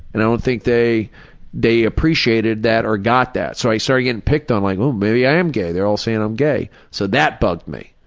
and i don't think they they appreciated that or got that. so i started getting picked on, so like um maybe i am gay, they're all saying i'm gay. so that bugged me.